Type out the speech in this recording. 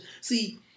See